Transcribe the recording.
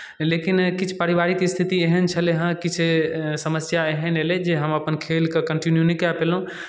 लेकिन किछु पारिवारिक स्थिति एहन छलै हेँ किछु समस्या एहन एलै जे हम अपन खेलके कंटिन्यू नहि कए पेलहुँ